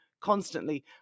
constantly